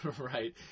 Right